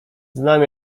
znam